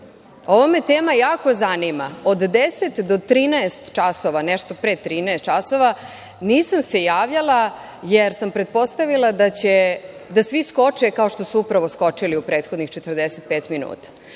Ova me tema jako zanima. Od 10 do 13 časova, nešto pre 13 časova, nisam se javljala jer sam pretpostavila da će svi da skoče, kao što su upravo skočili u prethodnih 45 minuta. Ja